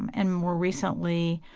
and more recently,